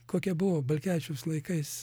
kokia buvo balkevičiaus laikais